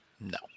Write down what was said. No